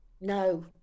No